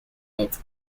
its